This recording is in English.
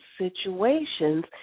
situations